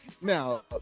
now